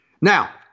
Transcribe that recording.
Now